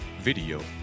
video